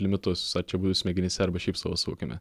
limitus ar čia būtų smegenyse arba šiaip savo suvokime